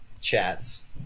chats